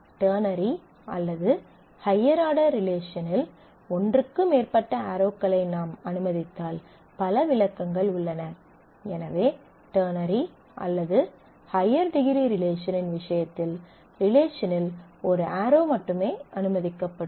ஆகையால் டெர்னரி அல்லது higher order ரிலேஷனில் ஒன்றுக்கு மேற்பட்ட ஆரோக்களை நாம் அனுமதித்தால் பல விளக்கங்கள் உள்ளன எனவே டெர்னரி அல்லது ஹய்யர் டிகிரி ரிலேஷனின் விஷயத்தில் ரிலேஷனில் ஒரு ஆரோ மட்டுமே அனுமதிக்கப்படும்